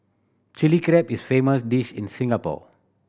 Chilli Crab is famous dish in Singapore